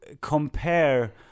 compare